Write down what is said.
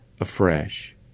afresh